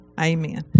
Amen